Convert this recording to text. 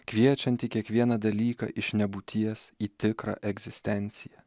kviečianti kiekvieną dalyką iš nebūties į tikrą egzistenciją